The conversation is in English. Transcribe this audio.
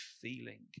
feeling